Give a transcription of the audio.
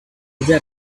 that